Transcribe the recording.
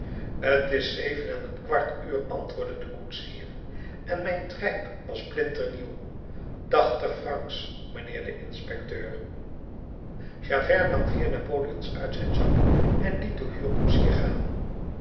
t is zeven en een kwart uur antwoordde de koetsier en mijn trijp was splinternieuw tachtig francs mijnheer de inspecteur javert nam vier napoleons uit zijn zak en liet den huurkoetsier gaan